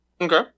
Okay